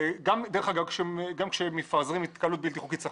וגם כשמפזרים התקהלות בלתי חוקית צריך